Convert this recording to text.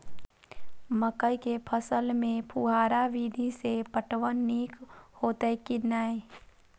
मकई के फसल में फुहारा विधि स पटवन नीक हेतै की नै?